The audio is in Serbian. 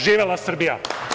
Živela Srbija!